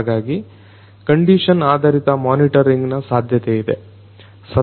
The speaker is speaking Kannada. ಹಾಗಾಗಿ ಕಂಡಿಷನ್ ಆಧಾರಿತ ಮೊನಿಟರಿಂಗಿನ ಸಾಧ್ಯತೆಯಿದೆ